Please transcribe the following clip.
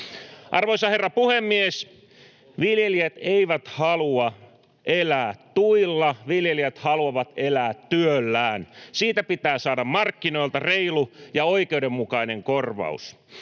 Arvoisa herra puhemies! Viljelijät eivät halua elää tuilla, viljelijät haluavat elää työllään. [Leena Meren välihuuto] Siitä pitää saada markkinoilta reilu ja oikeudenmukainen korvaus.